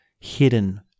hidden